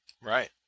Right